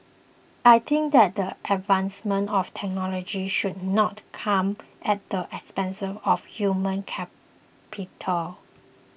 I think that the advancement of technology should not come at the expense of human capital